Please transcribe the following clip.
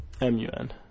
M-U-N